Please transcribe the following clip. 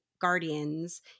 Guardians